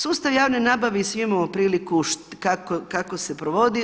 Sustav javne nabave i svi imamo priliku kako se provodi.